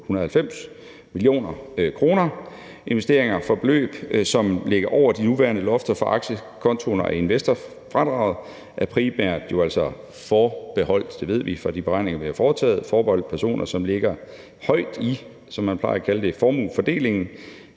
190 mio. kr. Investeringer for beløb, som ligger over de nuværende lofter for aktiesparekontoen og investorfradraget, er jo altså primært forbeholdt – det ved vi fra de beregninger, vi har foretaget – personer, som ligger højt i formuefordelingen,